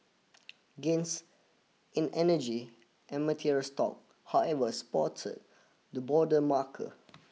gains in energy and materials stock however spotted the broader marker